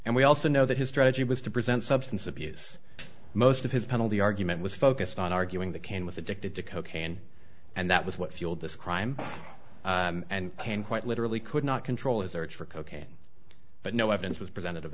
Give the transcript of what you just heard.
and we also know that his strategy was to present substance abuse most of his penalty argument was focused on arguing that came with addicted to cocaine and that was what fueled this crime and quite literally could not control is there for cocaine but no evidence was present